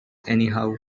anyhow